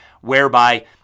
whereby